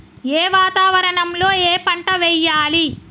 ఏ వాతావరణం లో ఏ పంట వెయ్యాలి?